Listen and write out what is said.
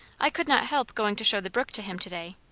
i could not help going to show the brook to him to-day.